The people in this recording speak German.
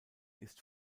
ist